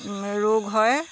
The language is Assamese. ৰোগ হয়